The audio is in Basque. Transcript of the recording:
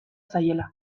zaiela